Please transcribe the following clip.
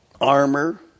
armor